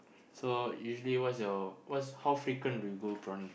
so usually what's your what's how frequent do you go prawning